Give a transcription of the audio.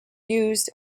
used